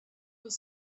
was